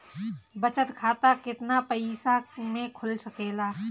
बचत खाता केतना पइसा मे खुल सकेला?